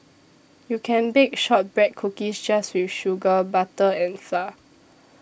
you can bake Shortbread Cookies just with sugar butter and flour